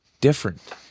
different